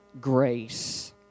grace